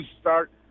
start